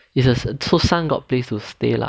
so 山 got place to stay lah